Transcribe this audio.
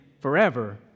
forever